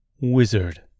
wizard